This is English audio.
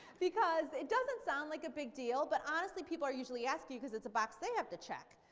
because it doesn't sound like a big deal, but honestly people are usually asking because it's a box they have to check.